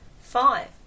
five